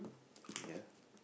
put here